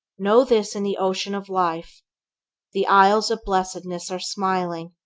know this in the ocean of life the isles of blessedness are smiling,